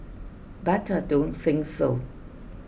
but I don't think so